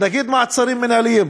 נגיד מעצרים מינהליים,